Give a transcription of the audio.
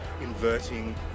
inverting